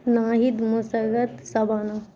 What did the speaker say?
Nahid Musarrat Shabana